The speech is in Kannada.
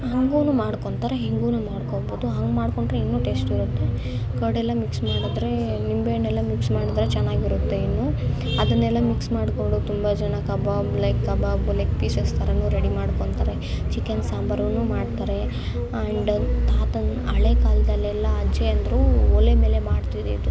ಹಾಗೂ ಮಾಡ್ಕೊಳ್ತಾರೆ ಹೀಗೂ ಮಾಡ್ಕಳ್ಬೋದು ಹಂಗೆ ಮಾಡಿಕೊಂಡ್ರೆ ಇನ್ನೂ ಟೇಸ್ಟ್ ಇರುತ್ತೆ ಕರ್ಡೆಲ್ಲ ಮಿಕ್ಸ್ ಮಾಡಿದರೆ ನಿಂಬೆ ಹಣ್ಣೆಲ್ಲ ಮಿಕ್ಸ್ ಮಾಡಿದರೆ ಚೆನ್ನಾಗಿರುತ್ತೆ ಇನ್ನೂ ಅದನ್ನೆಲ್ಲ ಮಿಕ್ಸ್ ಮಾಡಿಕೊಂಡು ತುಂಬ ಜನ kebab like kebab leg pieces ಥರನೂ ರೆಡಿ ಮಾಡ್ಕೊಳ್ತಾರೆ ಚಿಕನ್ ಸಾಂಬಾರೂ ಮಾಡ್ತಾರೆ ಆ್ಯಂಡ್ ತಾತನ ಹಳೆಕಾಲದಲ್ಲೆಲ್ಲ ಅಜ್ಜಿಯಂದಿರು ಒಲೆ ಮೇಲೆ ಮಾಡ್ತಿದ್ದಿದ್ದು